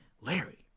larry